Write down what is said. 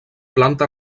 planta